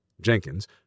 Jenkins